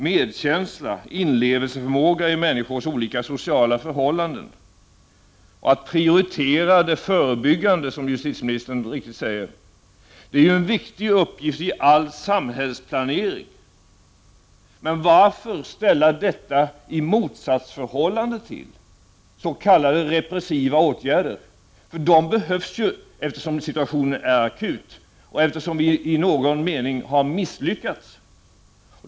Medkänsla, inlevelseförmåga i människors olika sociala förhållanden, och prioritering av det förebyggande arbetet, som justititeminis tern så riktigt säger, är viktiga ingredienser i all samhällsplanering. Men varför ställa detta i motsatsförhållande till s.k. repressiva åtgärder? De behövs ju, eftersom situationen är akut och eftersom vi i någon mening har misslyckats.